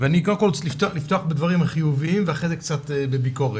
אני קודם כל רוצה לפתוח בדברים החיוביים ואחרי זה קצת בביקורת.